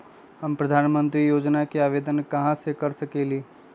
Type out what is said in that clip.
हम प्रधानमंत्री योजना के आवेदन कहा से कर सकेली?